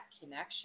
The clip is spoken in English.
connection